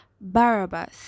Barabbas